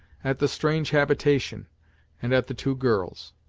at the strange habitation and at the two girls.